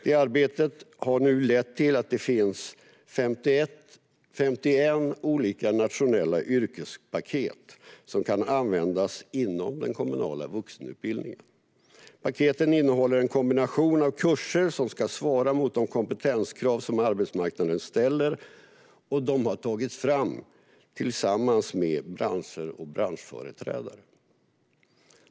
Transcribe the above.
Det arbetet har lett till att det nu finns 51 olika nationella yrkespaket som kan användas inom den kommunala vuxenutbildningen. Paketen innehåller en kombination av kurser som ska svara mot de kompetenskrav som ställs på arbetsmarknaden. Och de har tagits fram tillsammans med branscher och branschföreträdare.